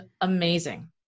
amazing